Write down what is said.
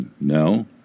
no